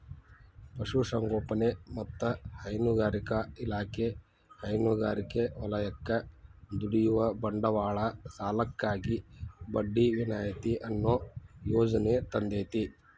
ಪಶುಸಂಗೋಪನೆ ಮತ್ತ ಹೈನುಗಾರಿಕಾ ಇಲಾಖೆ ಹೈನುಗಾರಿಕೆ ವಲಯಕ್ಕ ದುಡಿಯುವ ಬಂಡವಾಳ ಸಾಲಕ್ಕಾಗಿ ಬಡ್ಡಿ ವಿನಾಯಿತಿ ಅನ್ನೋ ಯೋಜನೆ ತಂದೇತಿ